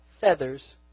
feathers